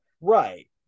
Right